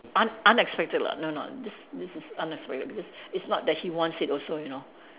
un~ unexpected lah no no this this is unexpected because it's not that he wants it also you know